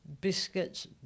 biscuits